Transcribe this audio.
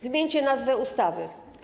Zmieńcie nazwę ustawy.